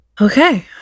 Okay